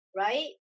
right